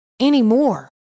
anymore